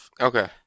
Okay